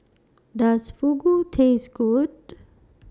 Does Fugu Taste Good